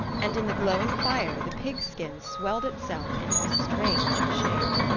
and in the glowing fire the pigskin swelled itself into a strange shape.